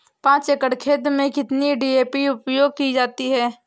पाँच एकड़ खेत में कितनी डी.ए.पी उपयोग की जाती है?